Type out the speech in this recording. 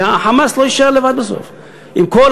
כי ה"חמאס" לא יישאר לבד בסוף.